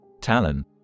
Talon